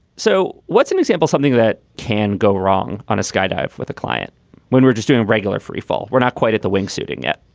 so what's an example? something that can go wrong on a skydive with a client when we're just doing regular freefall? we're not quite at the wings suiting it,